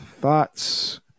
thoughts